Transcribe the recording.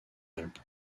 alpes